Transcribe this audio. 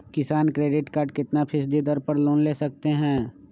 किसान credit card कितना फीसदी दर पर लोन ले सकते हैं?